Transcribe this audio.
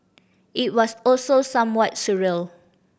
it was also somewhat surreal